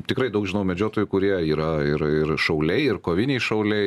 tikrai daug žinau medžiotojų kurie yra ir ir šauliai ir koviniai šauliai